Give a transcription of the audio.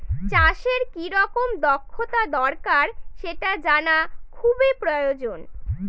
চাষের কি রকম দক্ষতা দরকার সেটা জানা খুবই প্রয়োজন